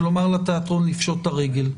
זה אומר לתיאטרון לפשוט את הרגל.